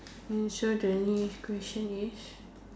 so the next question is